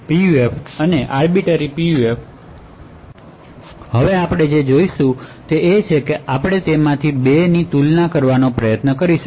અને હવે આપણે જે જોશું તે છે કે આપણે તે 2 ની તુલના કરવાનો પ્રયત્ન કરીશું